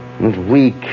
weak